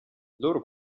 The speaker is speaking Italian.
loro